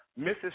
Mrs